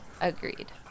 Agreed